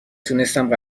تونستم